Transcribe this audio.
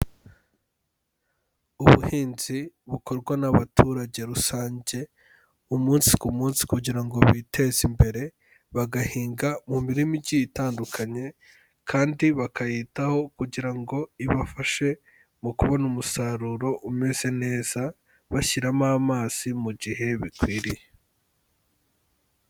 Ubuhinzi bukorwa n'abaturage rusange umunsi ku munsi kugira ngo biteze imbere, bagahinga mu mirima igiye itandukanye kandi bakayitaho kugira ngo ibafashe mu kubona umusaruro umeze neza, bashyiramo amazi mu gihe bikwiriye.